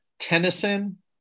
tennyson